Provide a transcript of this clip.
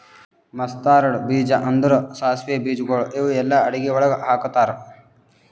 mustard ಬೀಜ ಅಂದುರ್ ಸಾಸಿವೆ ಬೀಜಗೊಳ್ ಇವು ಎಲ್ಲಾ ಅಡಗಿ ಒಳಗ್ ಹಾಕತಾರ್